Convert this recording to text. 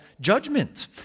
judgment